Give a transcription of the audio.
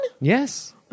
Yes